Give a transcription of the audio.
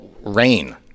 rain